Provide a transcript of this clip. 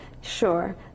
sure